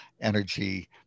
energy